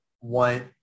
want